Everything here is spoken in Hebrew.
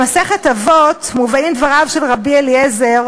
במסכת אבות מובאים דבריו של רבי אליעזר: